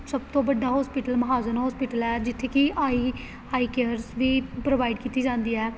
ਸਭ ਤੋਂ ਵੱਡਾ ਹੋਸਪੀਟਲ ਮਹਾਜਨ ਹੋਸਪੀਟਲ ਹੈ ਜਿੱਥੇ ਕਿ ਆਈ ਆਈ ਕੇਅਰਸ ਵੀ ਪ੍ਰੋਵਾਈਡ ਕੀਤੀ ਜਾਂਦੀ ਹੈ